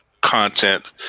content